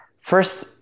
first